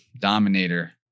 dominator